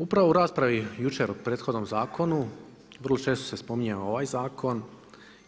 Upravo u raspravi jučer o prethodnom zakonu vrlo često se spominjao i ovaj zakon